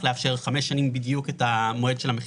לאפשר חמש שנים בדיוק את המועד של המכירה.